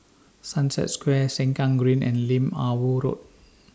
Sunset Square Sengkang Green and Lim Ah Woo Road